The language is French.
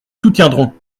soutiendrons